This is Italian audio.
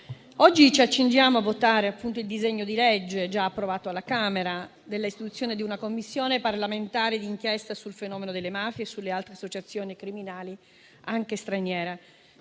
oggi ci accingiamo a votare il disegno di legge già approvato alla Camera, per l'istituzione di una Commissione parlamentare d'inchiesta sul fenomeno delle mafie e sulle altre associazioni criminali anche straniere.